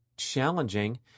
challenging